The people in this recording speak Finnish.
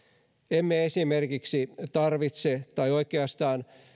emme tarvitse tai oikeastaan